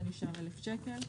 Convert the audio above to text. זה נשאר 1,000 שקל.